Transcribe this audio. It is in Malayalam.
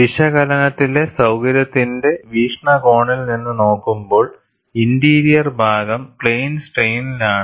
വിശകലനത്തിലെ സൌകര്യത്തിന്റെ വീക്ഷണകോണിൽ നിന്ന് നോക്കുമ്പോൾ ഇന്റീരിയർ ഭാഗം പ്ലെയിൻ സ്ട്രെയിനിലാണ്